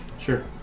Sure